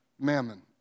mammon